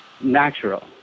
natural